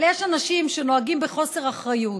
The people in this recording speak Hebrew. אבל יש אנשים שנוהגים בחוסר אחריות